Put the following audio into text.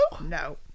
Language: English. No